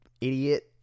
idiot